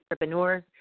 entrepreneurs